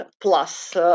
plus